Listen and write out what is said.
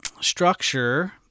structure